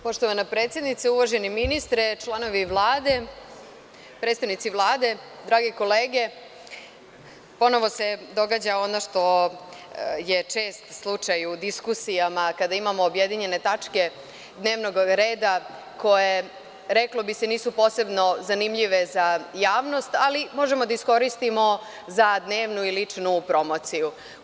Poštovana predsednice, uvaženi ministre, članovi Vlade, drage kolege, ponovo se događa ono što je čest slučaj u diskusijama kada imamo objedinjene tačke dnevnog reda, koje reklo bi se nisu posebno zanimljive za javnost, ali možemo da iskoristimo za dnevnu i ličnu promociju.